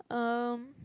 um